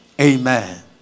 amen